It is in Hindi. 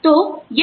तो यह एक लाभ है